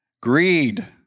Greed